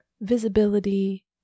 visibility